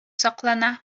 саклана